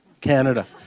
Canada